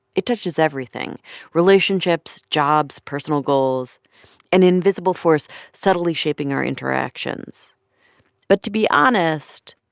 it touches everything relationships, jobs, personal goals an invisible force subtly shaping our interactions but to be honest,